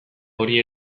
hori